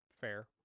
fair